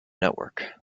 network